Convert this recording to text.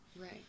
Right